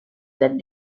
that